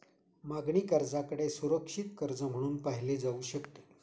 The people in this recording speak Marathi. मागणी कर्जाकडे सुरक्षित कर्ज म्हणून पाहिले जाऊ शकते